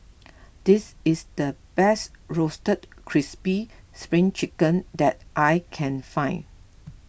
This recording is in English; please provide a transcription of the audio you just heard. this is the best Roasted Crispy Spring Chicken that I can find